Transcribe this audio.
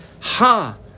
ha-